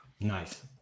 Nice